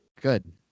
Good